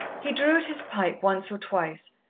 he drew at his pipe once or twice,